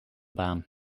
baan